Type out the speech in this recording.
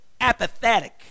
apathetic